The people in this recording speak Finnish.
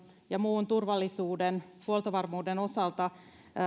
ja muun turvallisuuden huoltovarmuuden osalta